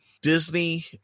Disney